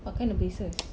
what kind of places